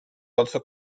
also